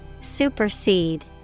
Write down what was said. Supersede